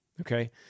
okay